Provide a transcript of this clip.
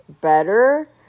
better